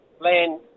land